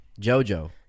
Jojo